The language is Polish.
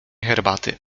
herbaty